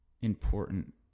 important